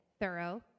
thorough